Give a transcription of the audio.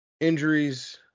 injuries